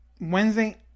Wednesday